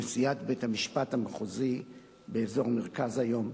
נשיאת בית-המשפט המחוזי באזור מרכז היום.